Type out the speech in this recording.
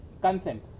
consent